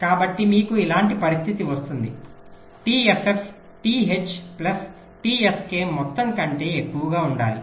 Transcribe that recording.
కాబట్టి మీకు ఇలాంటి పరిస్థితి వస్తుంది t ff t h plus t sk మొత్తం కంటే ఎక్కువగా ఉండాలి